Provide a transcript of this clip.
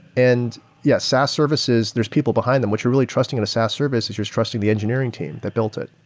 and yes, saas services, there's people behind them, which are really trusting in a saas services, which is trusting the engineering team that built it.